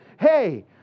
hey